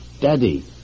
Daddy